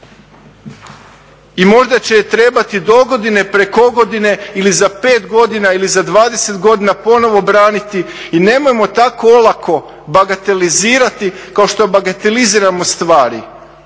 I možda će je trebati dogodine, … ili za 5 godina ili za 20 godina ponovo braniti i nemojmo tako olako bagatelizirati kao što bagateliziramo stvari